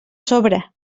sobre